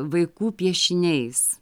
vaikų piešiniais